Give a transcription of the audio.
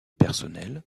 personnel